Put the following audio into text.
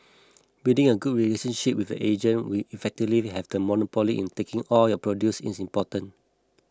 building a good relationship with the agent who effectively have a monopoly in taking all your produce is important